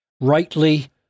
rightly